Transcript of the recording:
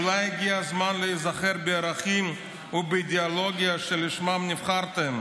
אולי הגיע הזמן להיזכר בערכים ובאידיאולוגיה שלשמם נבחרתם?